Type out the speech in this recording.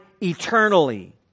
eternally